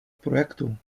projektu